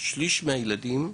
שליש מהילדים,